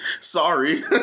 sorry